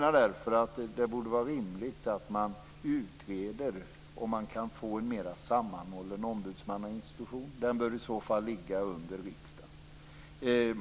Jag menar att det borde vara rimligt att det utreds om man kan få en mera sammanhållen ombudsmannainstitution, som i så fall bör ligga under riksdagen.